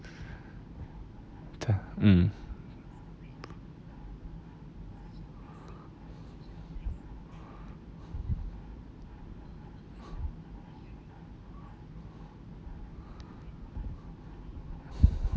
mm